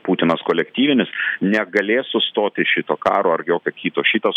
putinas kolektyvinis negalės sustoti šito karo ar jokio kito šitas